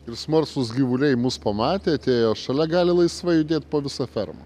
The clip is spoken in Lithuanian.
ir smalsūs gyvuliai mus pamatė atėjo šalia gali laisvai judėti po visą fermą